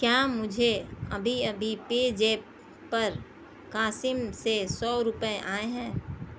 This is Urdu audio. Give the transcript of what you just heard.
کیا مجھے ابھی ابھی پے زیپ پر قاسم سے سو روپے آئے ہیں